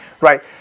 Right